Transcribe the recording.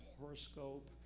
horoscope